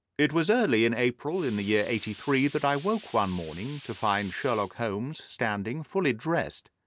it was early in april in the year eighty three that i woke one morning to find sherlock holmes standing, fully dressed,